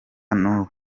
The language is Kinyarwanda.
n’ubu